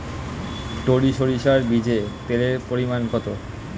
টরি সরিষার বীজে তেলের পরিমাণ কত?